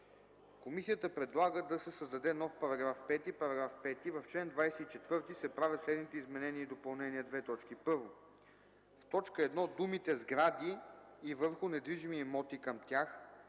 Комисията предлага да се създаде нов § 5: „§ 5. В чл. 24 се правят следните изменения и допълнения: 1. В т. 1 думите „сгради и върху недвижими имоти към тях